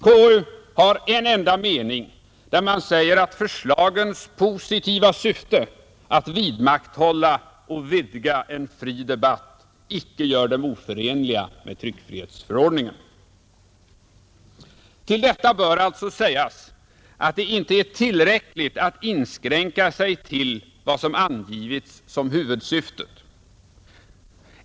KU har en enda mening där man säger att förslagens positiva syfte att vidmakthålla och vidga en fri debatt icke gör dem oförenliga med tryckfrihetsförordningen. Till detta bör sägas att det alltså inte är tillräckligt att inskränka sig till vad som angivits som huvudsyftet.